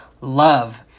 love